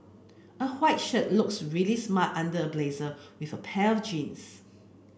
a white shirt looks really smart under a blazer with a pair of jeans